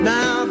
Now